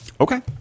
Okay